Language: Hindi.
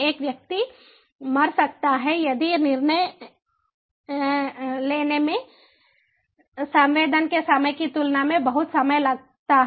एक व्यक्ति मर सकता है यदि निर्णय लेने में संवेदन के समय की तुलना में बहुत समय लगता है